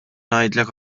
ngħidlek